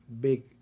big